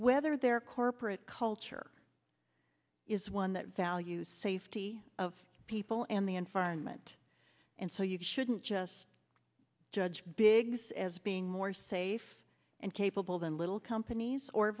whether their corporate culture is one that values safety of people and the environment and so you shouldn't just judge big as being more safe and capable than little companies or